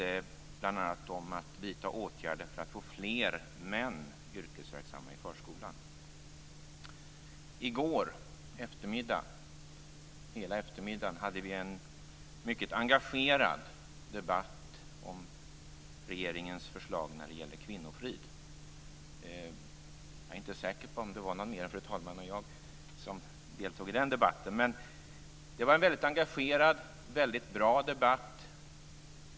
Den handlar om att man skall vidta åtgärder för att få fler män yrkesverksamma i förskolan. I går eftermiddag hade vi en mycket engagerad debatt om regeringens förslag när det gäller kvinnofrid. Jag är inte säker på att det var någon mera här än jag som deltog i den debatten. Det var en väldigt engagerad och bra debatt.